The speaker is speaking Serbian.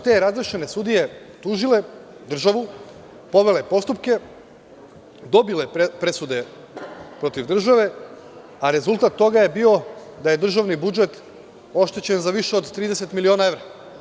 Te razrešene sudije su onda tužile državu, povele postupke, dobile presude protiv države, a rezultat toga je bio to da je državni budžet bio oštećen za 30 miliona evra.